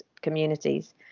communities